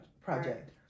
project